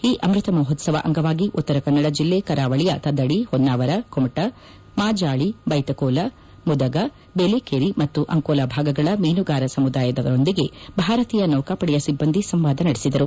ಈ ಅಮೃತ ಮಹೋತ್ಸವ ಅಂಗವಾಗಿ ಉತ್ತರಕನ್ನಡಜಿಲ್ಲೆಯ ಕರಾವಳಿಯ ತದಡಿ ಹೊನ್ನಾವರ ಕುಮಟಾ ಮಾಜಾಳಿ ಬೈಶಕೋಲ ಮುದಗಾ ಬೇಲೇಕೇರಿ ಮತ್ತು ಅಂಕೋಲಾ ಭಾಗಗಳ ಮೀನುಗಾರರ ಸಮುದಾಯದವರೊಂದಿಗೆ ಭಾರತೀಯ ನೌಕಾಪಡೆಯ ಸಿಬ್ಲಂದಿಗಳು ಸಂವಾದ ನಡೆಸಿದರು